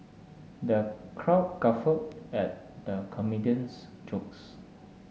the crowd guffaw at the comedian's jokes